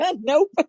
Nope